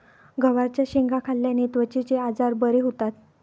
गवारच्या शेंगा खाल्ल्याने त्वचेचे आजार बरे होतात